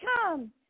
come